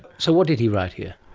so what did he write here?